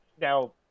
Now